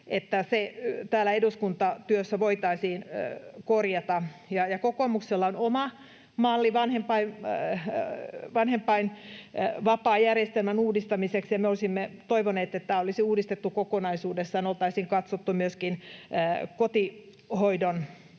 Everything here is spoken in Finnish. että se täällä eduskuntatyössä voitaisiin korjata. Kokoomuksella on oma malli vanhempainvapaajärjestelmän uudistamiseksi. Me olisimme toivoneet, että tämä olisi uudistettu kokonaisuudessaan, oltaisiin katsottu myöskin kotihoidon